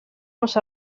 nos